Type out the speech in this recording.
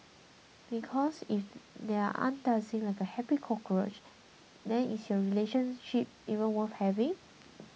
because if they aren't dancing like a happy cockroach then is your relationship even worth having